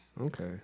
Okay